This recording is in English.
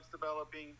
developing